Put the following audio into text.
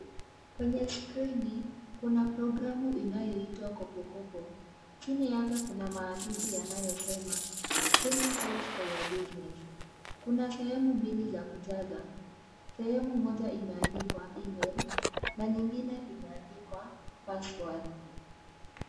Kwenye skrini, kuna programu inayoitwa Kopo kopo. Chini yake kuna maandishi yanayosema, simple tools for your business . Kuna sehemu mbili za kujaza. Sehemu moja imeandikwa Email , na nyingine imeandikwa password .